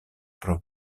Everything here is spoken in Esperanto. pro